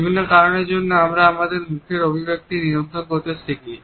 বিভিন্ন কারণের জন্য আমরা আমাদের মুখের অভিব্যক্তি নিয়ন্ত্রণ করতে শিখি